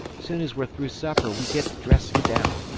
soon as we're through supper we git to dressing-down.